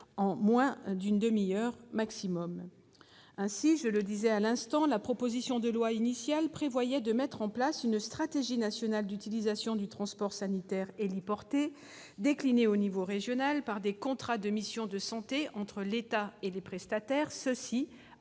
en moins d'une demi-heure. Ainsi, la proposition de loi initiale prévoyait de mettre en place une stratégie nationale d'utilisation du transport sanitaire héliporté, déclinée à l'échelon régional par des contrats de mission santé entre l'État et les prestataires, afin de garantir